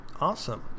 awesome